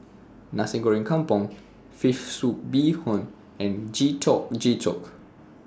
Nasi Goreng Kampung Fish Soup Bee Hoon and Getuk Getuk